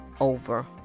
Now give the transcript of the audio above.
over